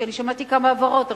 כי אני שמעתי כמה הבהרות עכשיו,